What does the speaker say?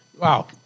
wow